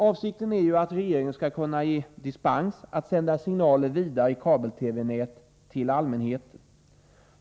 Avsikten är att regeringen skall kunna ge dispens att i kabel-TV-nätet sända signaler vidare till allmänheten.